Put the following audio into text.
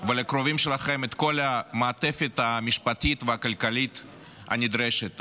ולקרובים שלכם את כל המעטפת המשפטית והכלכלית הנדרשת.